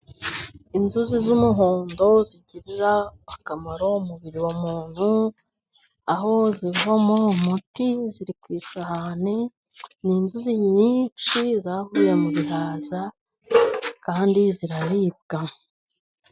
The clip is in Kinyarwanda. Inzuzi z'umuhondo zigirira akamaro umubiri wa muntu, aho zivamo umuti ziri ku isahani, ni inzuzi nyinshi zavuye mu bihaza kandi ziraribwa.